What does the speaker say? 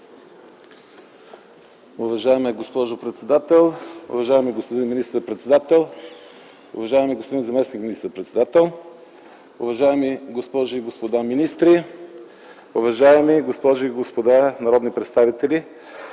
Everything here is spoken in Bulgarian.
уважаеми госпожи и господа министри, уважаеми госпожи и господа народни представители!